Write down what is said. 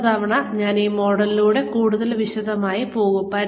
അടുത്ത തവണ ഞാൻ ഈ മോഡലിലൂടെ കൂടുതൽ വിശദമായി പോകും